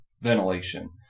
ventilation